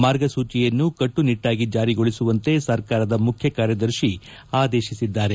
ಮಾರ್ಗಸೂಜಿಯನ್ನು ಅವುಗಳನ್ನು ಕಟ್ಟುನಿಟ್ಟಾಗಿ ಜಾರಿಗೊಳಿಸುವಂತೆ ಸರ್ಕಾರದ ಮುಖ್ಯ ಕಾರ್ಯದರ್ಶಿ ಆದೇಶಿಸಿದ್ದಾರೆ